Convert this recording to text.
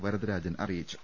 വരദരാജൻ അറിയിച്ചു